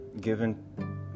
given